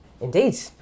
Indeed